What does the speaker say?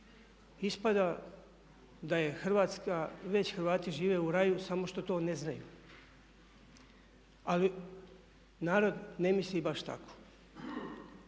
Hrvatska, već Hrvati žive u raju samo što to ne znaju. Ali narod ne misli baš tako.